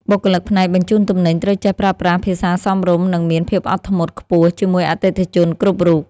បុគ្គលិកផ្នែកបញ្ជូនទំនិញត្រូវចេះប្រើប្រាស់ភាសាសមរម្យ និងមានភាពអត់ធ្មត់ខ្ពស់ជាមួយអតិថិជនគ្រប់រូប។